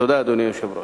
תודה, אדוני היושב-ראש.